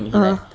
ah